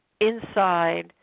inside